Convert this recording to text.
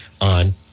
on